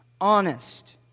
honest